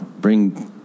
bring